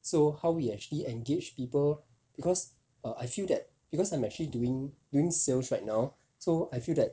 so how we actually engage people because err I feel that because I'm actually doing doing sales right now so I feel that